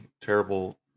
terrible